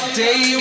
day